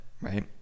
right